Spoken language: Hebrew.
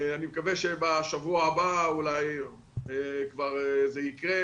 אני מקווה שבשבוע הבא זה כבר יקרה,